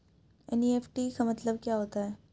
NEFT का मतलब क्या होता है?